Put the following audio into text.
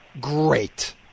Great